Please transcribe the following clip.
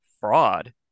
fraud